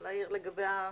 בבקשה.